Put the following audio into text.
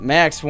Max